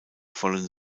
vollen